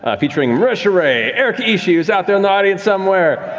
ah featuring marisha ray, erika ishii, who's out there in the audience somewhere,